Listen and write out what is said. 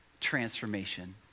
transformation